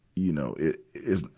you know, it, it's,